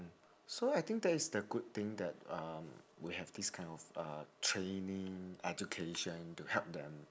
so I think that is the good thing that um we have this kind of uh training education to help them